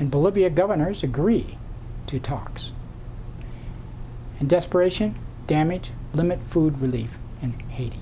and bolivia governors agree to talks in desperation damage limit food relief in haiti